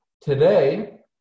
Today